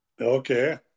Okay